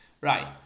Right